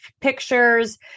pictures